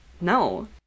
no